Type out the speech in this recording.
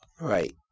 Right